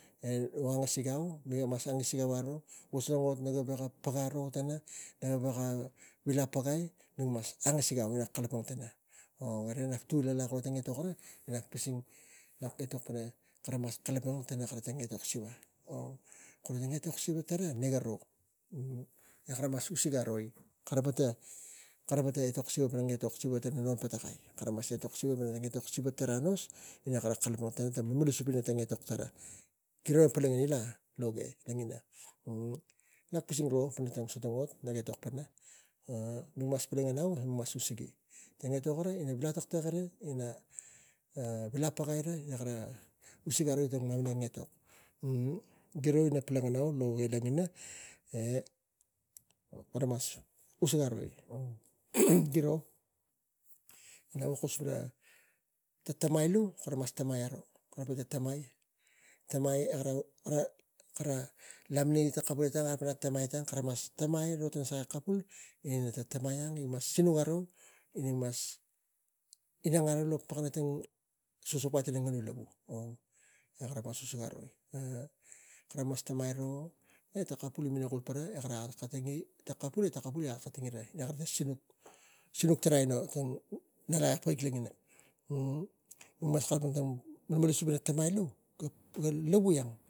E vo nuk buk angasigau, nuk mas angasigau aro. E vo tang ot naga veko paga ro tana naga veko vila pagai i mik mas angasigau kara kalapang tana gara ga tuk a laklak kula etok gara kisang etok pana rik kalapang tana kara etok siva. Vo tang etok siva tara e garo na kara mas usig aroi kara pata kara pata etok siva etok siva ina non patakai, kara mas etok pana kara etok siva kes ina kara, kar malmalasup la long ge lagina nak pising ro. Gora na vuk etok pana mik mas polonganau e mik mas usigi tang etok tara ina vila taktak ira e vila pagai ira kara usigi gara ina mamana etok. Giro ina polonganau e loge lagina e kara mas usig aroi giro. Na vuk kus pana ta tamai alu mik mas tamai aro kula tamai kara tamai e kara lamineng i kara tamai e tang kara mas tamai ro su kapuul ne ta tamai ang si sinuk aro e i mas inang anonongi tatau ina non lavuu vo kara veko suk suai. Kara mas tamai ro e tang kapul gi me katungi ra e kara sinuk aro palang sinuk tarag aino. Kara mas kalapang pana siva ina tamai alu gan lavu ang.